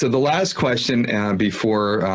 the last question and before.